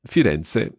Firenze